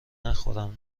نخورم